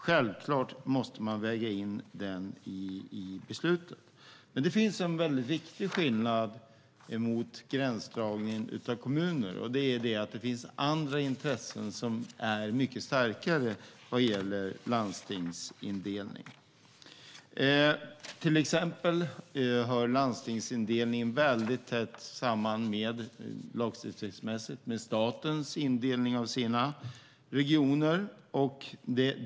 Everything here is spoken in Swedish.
Självklart måste man väga in den i beslutet. Men det finns en mycket viktig skillnad jämfört med när det gäller gränsdragningar för kommuner, och det är att det finns andra intressen som är mycket starkare beträffande landstingsindelning. Till exempel hör landstingsindelningen väldigt tätt samman lagstiftningsmässigt med statens indelning av sina regioner.